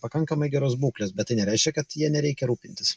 pakankamai geros būklės bet tai nereiškia kad ja nereikia rūpintis